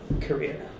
career